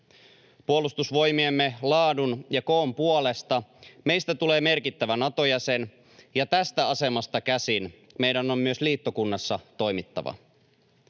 Puolustusvoimiemme laadun ja koon puolesta meistä tulee merkittävä Nato-jäsen, ja tästä asemasta käsin meidän on myös liittokunnassa toimittava.